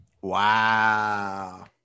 Wow